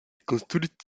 construite